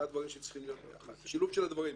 זה שילוב של הדברים.